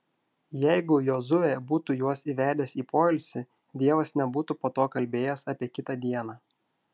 jeigu jozuė būtų juos įvedęs į poilsį dievas nebūtų po to kalbėjęs apie kitą dieną